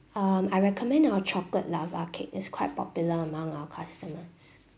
um I recommend our chocolate lava cake it's quite popular among our customer